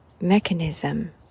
mechanism